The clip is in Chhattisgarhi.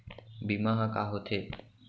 बीमा ह का होथे?